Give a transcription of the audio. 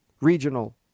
regional